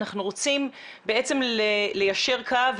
אנחנו רוצים בעצם ליישר קו,